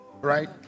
right